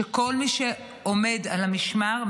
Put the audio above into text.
שכל מי שעומד על המשמר,